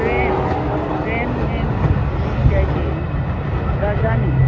train train میں میری جائیے راجدھانی